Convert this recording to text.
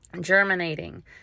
germinating